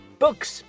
books